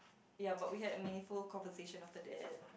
ya but we had a meaningful conversation after that